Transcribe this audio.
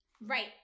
Right